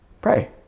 pray